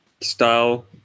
style